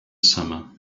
summer